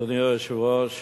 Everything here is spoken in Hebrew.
אדוני היושב-ראש,